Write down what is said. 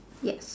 yep